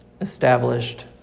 established